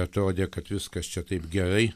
atrodė kad viskas čia taip gerai